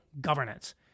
governance